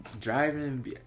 Driving